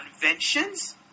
conventions